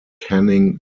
canning